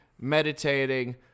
meditating